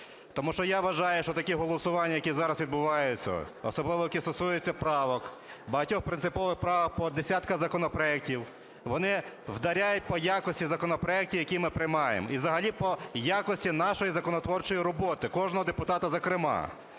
Тому що я вважаю, що такі голосування, які зараз відбуваються, особливо, які стосуються правок, багатьох принципових правок по десяткам законопроектів, вони вдаряють по якості законопроектів, які ми приймаємо, і взагалі по якості нашої законотворчої роботи, кожного депутата, зокрема.